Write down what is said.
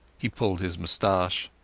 he pulled his moustache.